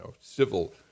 civil